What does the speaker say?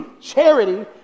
charity